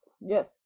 Yes